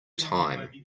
time